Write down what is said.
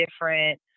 different